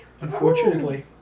Unfortunately